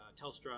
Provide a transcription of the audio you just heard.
Telstra